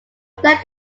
flag